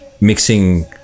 mixing